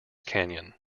canyon